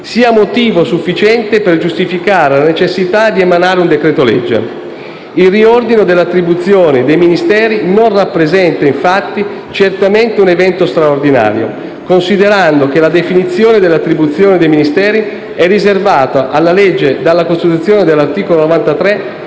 sia motivo sufficiente per giustificare la necessità di emanare un decreto-legge. Il riordino delle attribuzioni dei Ministeri non rappresenta certamente un evento straordinario, considerato che la definizione delle attribuzioni dei Ministeri è riservata alla legge, come recita la Costituzione, all'articolo 93,